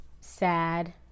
sad